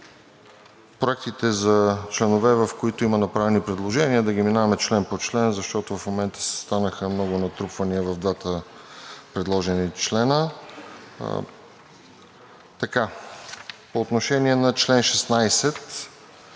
проектите за членовете, в които има направени предложения, да ги минаваме член по член, защото в момента станаха много натрупвания в двата предложени члена. По чл. 16